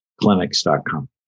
clinics.com